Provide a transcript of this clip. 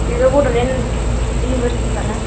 बेबो बड'लेण्ड इउनिभार्सिटिखा ना